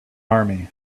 army